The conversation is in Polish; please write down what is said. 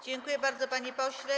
Dziękuję bardzo, panie pośle.